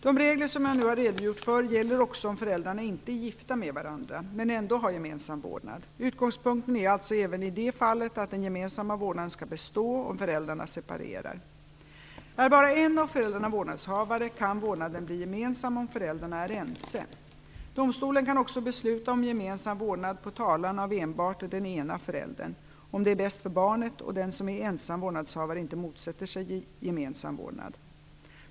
De regler som jag nu har redogjort för gäller också om föräldrarna inte är gifta med varandra men ändå har gemensam vårdnad. Utgångspunkten är alltså även i det fallet att den gemensamma vårdnaden skall bestå, om föräldrarna separerar. Är bara en av föräldrarna vårdnadshavare kan vårdnaden bli gemensam, om föräldrarna är ense. Domstolen kan också besluta om gemensam vårdnad på talan av enbart den ena föräldern, om det är bäst för barnet och den som är ensam vårdnadshavare inte motsätter sig gemensam vårdnad.